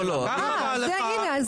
אה, הינה.